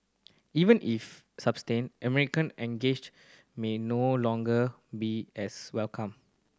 even if sustained American engage may no longer be as welcome